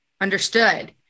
Understood